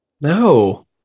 No